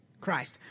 Christ